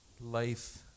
life